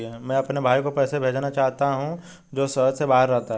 मैं अपने भाई को पैसे भेजना चाहता हूँ जो शहर से बाहर रहता है